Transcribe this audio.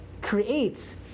creates